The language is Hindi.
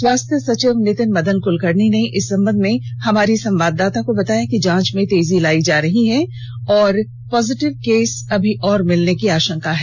स्वास्थ्य सचिव नितिन मदन कुलकर्णी ने इस संबंध में हमारी संवाददाता को बताया कि जांच में तेजी लायी जा रही है अभी और पॉजिटीव केस मिलने की आषंका है